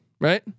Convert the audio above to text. right